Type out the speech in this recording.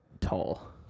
Tall